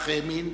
כך האמין,